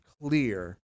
clear